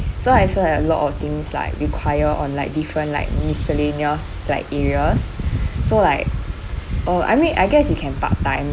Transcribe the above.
so I feel like a lot of things like require on like different like miscellaneous like areas so like uh I mean I guess you can part time